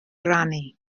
rannu